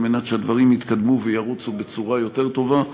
על מנת שהדברים יתקדמו וירוצו בצורה יותר טובה.